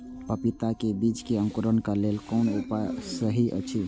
पपीता के बीज के अंकुरन क लेल कोन उपाय सहि अछि?